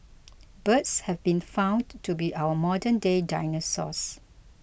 birds have been found to be our modernday dinosaurs